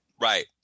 Right